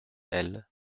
elle